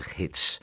hits